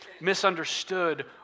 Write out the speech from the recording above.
misunderstood